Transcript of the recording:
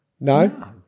No